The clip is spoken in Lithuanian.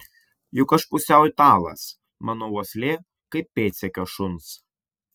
juk aš pusiau italas mano uoslė kaip pėdsekio šuns